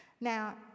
Now